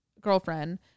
girlfriend